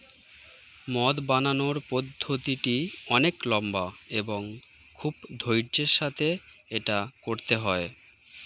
মদ বানানোর পদ্ধতিটি অনেক লম্বা এবং খুব ধৈর্য্যের সাথে এটা করতে হয়